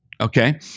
Okay